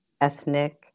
ethnic